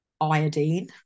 iodine